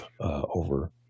over